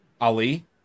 Ali